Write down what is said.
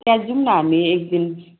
त्यहाँ जाऊँ न हामी एक दिन